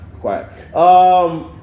Quiet